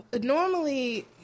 Normally